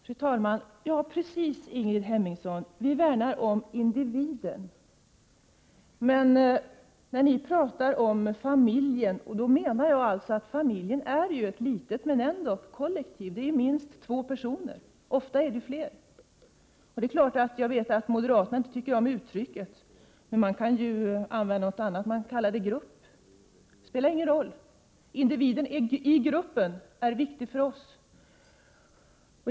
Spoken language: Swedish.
Fru talman! Ja, Ingrid Hemmingsson, det är just individen vi värnar om. Med det som ni kallar familjen menar jag alltså kollektivet. Familjen är ju ett litet men ändock kollektiv. Den består ju av minst två personer, ofta flera. Det är klart att jag vet att moderaterna inte tycker om uttrycket. Men man kan ju använda något annat. Man kan kalla det för grupp. Det spelar ingen roll, individen i gruppen är viktig för oss.